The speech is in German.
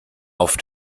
auf